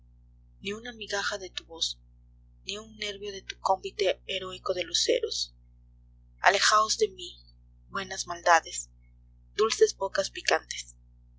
ni una migaja de tu voz ni un nervio de tu convite horóico de luceros alejaos de mí buenas maldades dulces bocas picantes